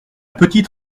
petite